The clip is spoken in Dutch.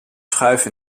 schuif